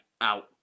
out